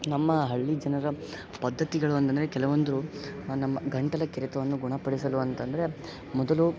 ನಮ್ಮ ಹಳ್ಳಿ ಜನರ ಪದ್ಧತಿಗಳು ಅಂತಂದರೆ ಕೆಲವೊಂದು ನಮ್ಮ ಗಂಟಲ ಕೆರೆತವನ್ನು ಗುಣಪಡಿಸಲು ಅಂತಂದರೆ ಮೊದಲು